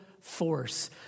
force